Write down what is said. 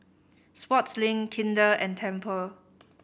Sportslink Kinder and Tempur